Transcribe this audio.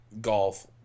golf